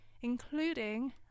including